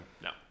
No